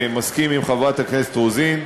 מסכים עם חברת הכנסת רוזין,